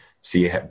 see